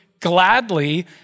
gladly